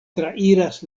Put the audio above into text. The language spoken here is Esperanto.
trairas